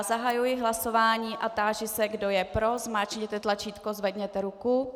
Zahajuji hlasování a táži se, kdo je pro, zmáčkněte tlačítko a zvedněte ruku.